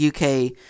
UK